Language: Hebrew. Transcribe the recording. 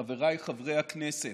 חבריי חברי הכנסת,